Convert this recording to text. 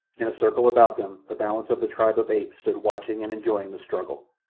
in a circle about them the balance of the tribe of apes stood watching and enjoying the struggle.